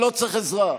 אני לא צריך עזרה.